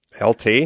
LT